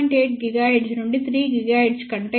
8 GHz నుండి 3 GHz కంటే ఎక్కువ